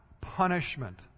punishment